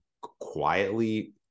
quietly